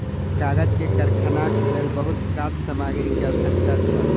कागज के कारखानाक लेल बहुत काँच सामग्री के आवश्यकता छल